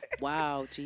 Wow